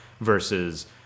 versus